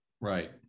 Right